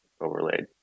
overlaid